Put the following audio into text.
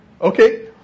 Okay